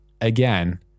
again